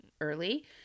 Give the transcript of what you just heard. early